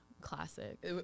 classic